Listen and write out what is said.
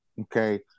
okay